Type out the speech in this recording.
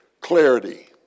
clarity